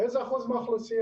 לאיזה אחוז מהאוכלוסייה,